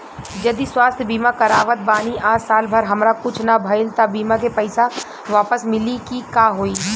जदि स्वास्थ्य बीमा करावत बानी आ साल भर हमरा कुछ ना भइल त बीमा के पईसा वापस मिली की का होई?